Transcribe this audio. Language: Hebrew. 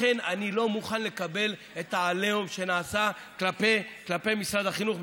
לכן אני לא מוכן לקבל את העליהום שנעשה כלפי משרד החינוך.